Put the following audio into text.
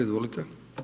Izvolite.